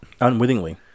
unwittingly